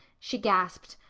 she gasped.